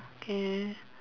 okay